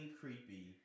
creepy